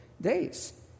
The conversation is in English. days